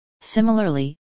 Similarly